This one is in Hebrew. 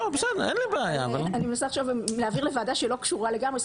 אני מנסה לחשוב האם לוועדה שלא קשורה לגמרי?